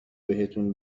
بهتون